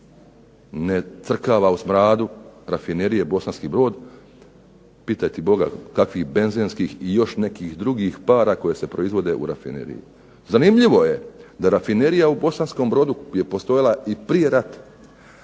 ne crkava u smradu rafinerije Bosanski Brod, pitaj ti Boga kakvih benzenskih i još nekih drugih para koje se proizvode u rafineriji. Zanimljivo je da rafinerija u Bosanskom Brodu je postojala i prije rata,